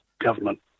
government